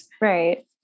right